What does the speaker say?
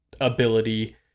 ability